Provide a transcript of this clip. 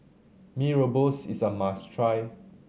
Mee Rebus is a must try